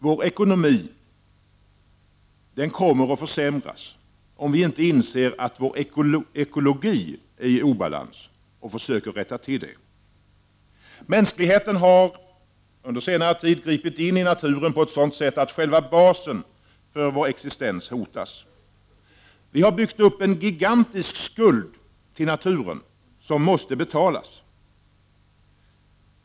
Vår ekonomi kommer att försämras om vi inte inser att vår ekologi är i obalans och försöker rätta till det. Mänskligheten har under senare tid gripit in i naturen på ett sådant sätt att själva basen för vår existens hotas. Vi har byggt upp en gigantisk skuld till naturen, som måste betalas.